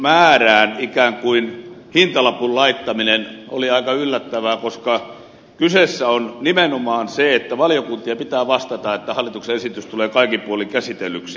tämä ikään kuin hintalapun laittaminen asiantuntijoiden määrään oli aika yllättävää koska kyseessä on nimenomaan se että valiokuntien pitää vastata siitä että hallituksen esitys tulee kaikin puolin käsitellyksi